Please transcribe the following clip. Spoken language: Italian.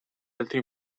altri